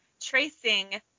tracing